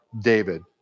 David